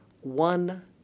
one